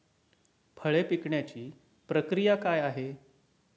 फळे पिकण्याची प्रक्रिया काय आहे?